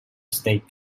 state